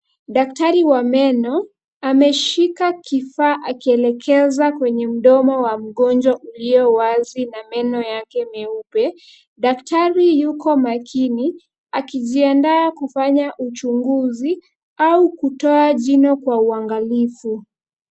Daktari wa meno, ameshika kifaa akielekeza kwa mdomo wa mgonjwa uliowazi na meno yake meupe. Daktari yuko makini akijiandaa kufanya uchunguzi au kutoa jino kwa uangalifu.